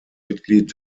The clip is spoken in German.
mitglied